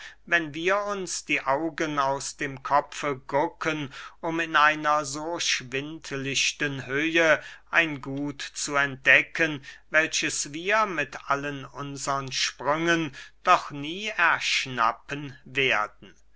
wenn wir uns die augen aus dem kopfe gucken um in einer so schwindlichten höhe ein gut zu entdecken welches wir mit allen unsern sprüngen doch nie erschnappen werden